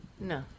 No